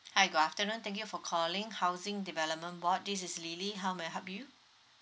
hi good afternoon thank you for calling housing development board this is lily how may I help you